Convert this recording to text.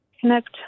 connect